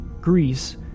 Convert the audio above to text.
Greece